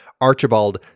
Archibald